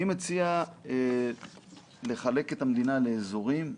אני מציע לחלק את המדינה לאזורים.